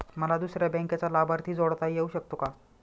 मला दुसऱ्या बँकेचा लाभार्थी जोडता येऊ शकतो का?